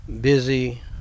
busy